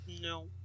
no